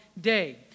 day